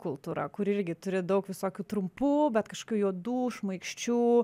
kultūra kuri irgi turi daug visokių trumpų bet kažkokių juodų šmaikščių